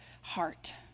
heart